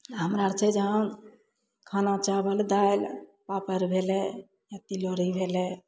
हमरा छै जे हँ खाना चावल दालि पापड़ भेलय या तिलौरी भेलय